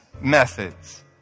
methods